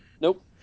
nope